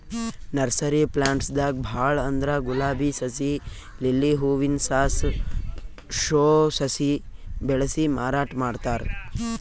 nursery plants ದಾಗ್ ಭಾಳ್ ಅಂದ್ರ ಗುಲಾಬಿ ಸಸಿ, ಲಿಲ್ಲಿ ಹೂವಿನ ಸಾಸ್, ಶೋ ಸಸಿ ಬೆಳಸಿ ಮಾರಾಟ್ ಮಾಡ್ತಾರ್